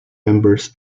members